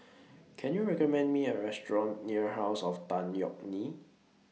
Can YOU recommend Me A Restaurant near House of Tan Yeok Nee